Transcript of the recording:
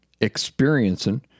Experiencing